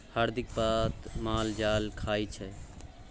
हरदिक पात माल जाल खाइ छै